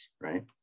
right